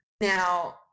Now